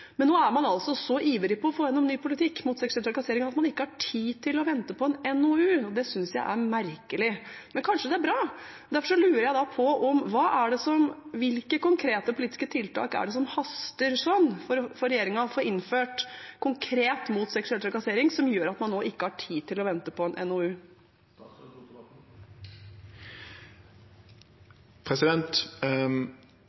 Men nå er man altså så ivrig på å få gjennom ny politikk mot seksuell trakassering at man ikke har tid til å vente på en NOU. Det synes jeg er merkelig. Men kanskje det er bra. Derfor lurer jeg på: Hvilke konkrete politiske tiltak er det som haster sånn for regjeringen å få innført konkret mot seksuell trakassering, som gjør at man nå ikke har tid til å vente på en NOU?